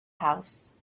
house